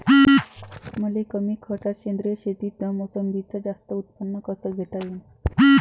मले कमी खर्चात सेंद्रीय शेतीत मोसंबीचं जास्त उत्पन्न कस घेता येईन?